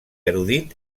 erudit